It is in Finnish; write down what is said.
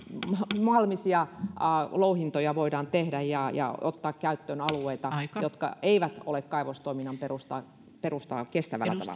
vähämalmisia louhintoja voidaan tehdä ja ottaa käyttöön alueita jotka eivät ole kaivostoiminnan perustaa perustaa kestävällä